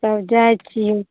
तब जाए छिए